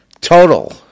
Total